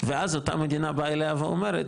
ואז אותה מדינה באה אליה ואומרת,